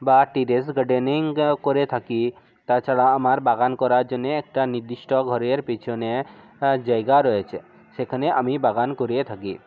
বা terrace gardening করে থাকি তাছাড়া আমার বাগান করার জন্যে একটা নির্দিষ্ট ঘরের পিছনে জায়গা রয়েছে সেখানে আমি বাগান করিয়ে থাকি